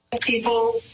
people